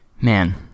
Man